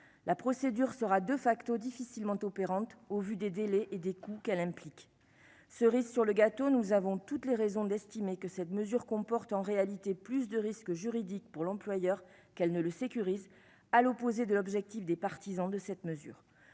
la procédure sera de facto difficilement opérante au vu des délais et des coûts qu'elle implique, cerise sur le gâteau, nous avons toutes les raisons d'estimer que cette mesure comporte en réalité plus de risque juridique pour l'employeur, qu'elle ne le sécurise à l'opposé de l'objectif des partisans de cette mesure